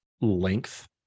length